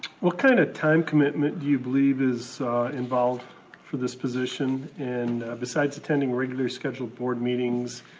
what kind of time commitment do you believe is involved for this position? and besides attending regularly scheduled board meetings,